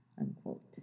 unquote